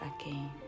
again